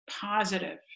positive